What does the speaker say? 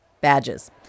Badges